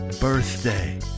Birthday